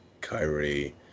Kyrie